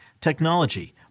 technology